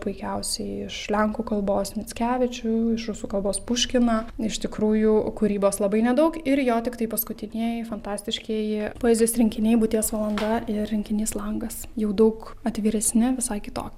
puikiausiai iš lenkų kalbos mickevičių iš rusų kalbos puškiną iš tikrųjų kūrybos labai nedaug ir jo tiktai paskutinieji fantastiškieji poezijos rinkiniai būties valanda ir rinkinys langas jau daug atviresni visai kitoki